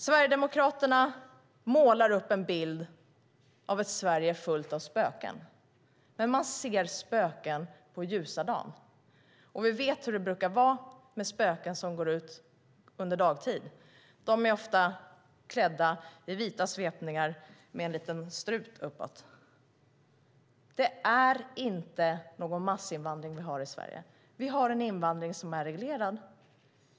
Sverigedemokraterna målar upp en bild av ett Sverige fullt av spöken. Men man ser spöken på ljusan dag. Vi vet hur det brukar vara med spöken som man ser på dagtid. De är ofta klädda i vita svepningar med en liten strut uppåt. Det är inte någon massinvandring vi har i Sverige. Vi har en invandring som är reglerad.